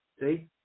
See